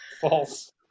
False